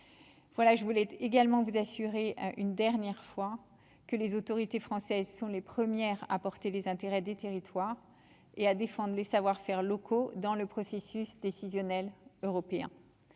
voilà je voulais également vous assurer une dernière fois, que les autorités françaises sont les premières à porter les intérêts des territoires et à défendre les savoir-faire locaux dans le processus décisionnel européen